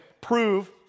prove